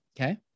Okay